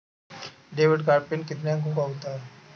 Debit card pin कितने अंकों का होता है?